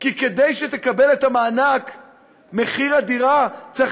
כי כדי שהיא תקבל את המענק,